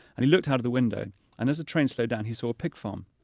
and he looked out of the window and as the train slowed down, he saw a pig farm.